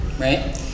right